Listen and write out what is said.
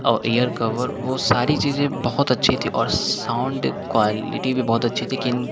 और ear cover वह सारी चीज़ें बहुत अच्छी थी और साउण्ड क्वालिटी भी बहुत अच्छी थी किन